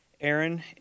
Aaron